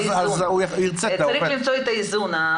צריך למצוא את האיזון.